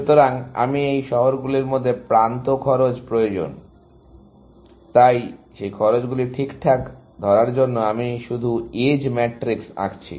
সুতরাং আমি এই শহরগুলির মধ্যে প্রান্ত খরচ প্রয়োজন তাই সেই খরচগুলি ঠিকঠাক ধরার জন্য আমি শুধু এজ ম্যাট্রিক্স আঁকছি